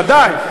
בוודאי,